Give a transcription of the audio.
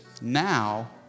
Now